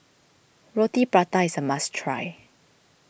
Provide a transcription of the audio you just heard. Roti Prata is a must try